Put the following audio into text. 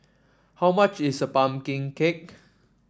how much is pumpkin cake